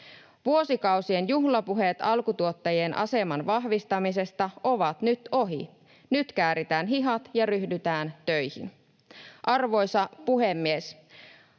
Vuosikausien juhlapuheet alkutuottajien aseman vahvistamisesta ovat nyt ohi. Nyt kääritään hihat ja ryhdytään töihin. Arvoisa puhemies!